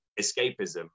escapism